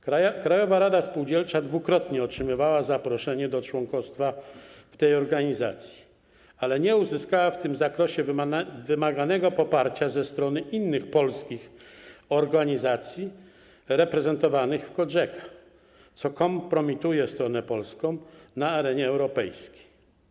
Krajowa Rada Spółdzielcza dwukrotnie otrzymała zaproszenie do członkostwa w tej organizacji, ale nie uzyskała wymaganego poparcia ze strony innych polskich organizacji reprezentowanych w COGECA, co kompromituje stronę polską na arenie europejskiej.